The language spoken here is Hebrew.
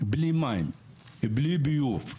בלי מים, בלי ביוב.